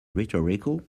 rhetorical